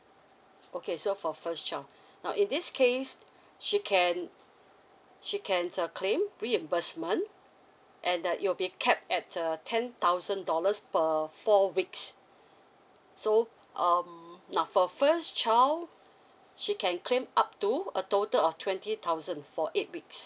okay so for first child now in this case she can she can err claim reimbursement and it'll be kept at a ten thousand dollars per four weeks so um now for first child she can claim up to a total of twenty thousand for eight weeks